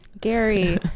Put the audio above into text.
Gary